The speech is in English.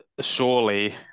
surely